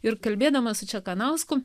ir kalbėdamas su čekanausku